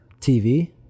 TV